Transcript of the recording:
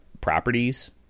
properties